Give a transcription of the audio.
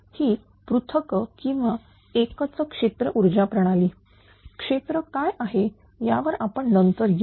ही पृथक किंवा एकच क्षेत्र ऊर्जा प्रणाली क्षेत्र काय आहे त्यावर आपण नंतर येऊ